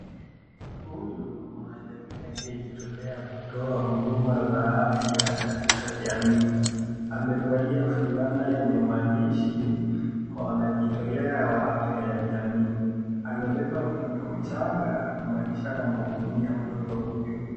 Huyo ni mwanajamii aliyejitolea kutoa huduma za afya katika jamii. Amevalia fulana yenye maandishi Mwanajitolea wa Afya ya Jamii. Amebeba mtoto mchanga, kumaanisha anamhudumia.